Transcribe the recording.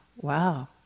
wow